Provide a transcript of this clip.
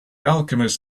alchemist